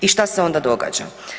I šta se onda događa?